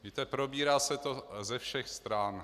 Víte, probírá se to ze všech stran.